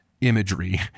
imagery